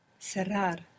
Cerrar